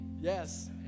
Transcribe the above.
Yes